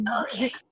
okay